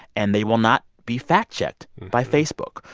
and they will not be fact-checked by facebook,